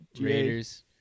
Raiders